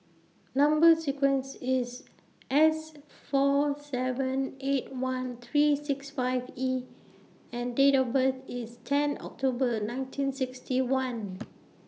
Number sequence IS S four seven eight one three six five E and Date of birth IS ten October nineteen sixty one